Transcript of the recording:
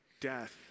death